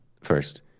First